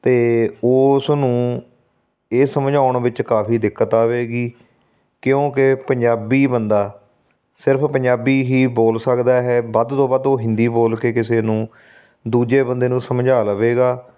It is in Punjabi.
ਅਤੇ ਉਸ ਨੂੰ ਇਹ ਸਮਝਾਉਣ ਵਿੱਚ ਕਾਫੀ ਦਿੱਕਤ ਆਵੇਗੀ ਕਿਉਂਕਿ ਪੰਜਾਬੀ ਬੰਦਾ ਸਿਰਫ ਪੰਜਾਬੀ ਹੀ ਬੋਲ ਸਕਦਾ ਹੈ ਵੱਧ ਤੋਂ ਵੱਧ ਉਹ ਹਿੰਦੀ ਬੋਲ ਕੇ ਕਿਸੇ ਨੂੰ ਦੂਜੇ ਬੰਦੇ ਨੂੰ ਸਮਝਾ ਲਵੇਗਾ